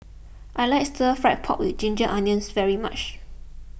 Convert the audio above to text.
I like Stir Fry Pork with Ginger Onions very much